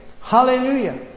Hallelujah